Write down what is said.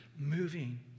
moving